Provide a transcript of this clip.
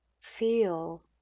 Feel